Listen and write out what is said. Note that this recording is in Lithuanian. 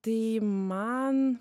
tai man